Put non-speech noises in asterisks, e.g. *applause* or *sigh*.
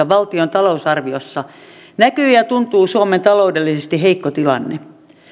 *unintelligible* valtion talousarviossa näkyy ja tuntuu suomen taloudellisesti heikko tilanne